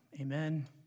Amen